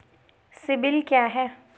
CIBIL क्या है?